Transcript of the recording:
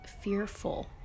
fearful